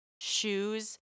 shoes